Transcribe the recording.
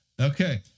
Okay